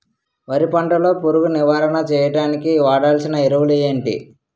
వరి పంట లో పురుగు నివారణ చేయడానికి వాడాల్సిన ఎరువులు ఏంటి?